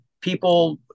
people